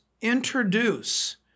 introduce